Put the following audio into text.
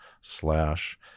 slash